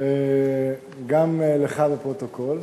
גם לך, לפרוטוקול,